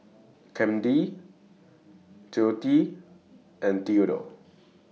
Camden Joette and Theadore